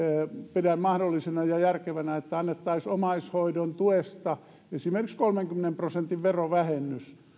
pidän mahdollisena ja järkevänä että annettaisiin omaishoidon tuesta esimerkiksi kolmenkymmenen prosentin verovähennys